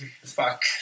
Fuck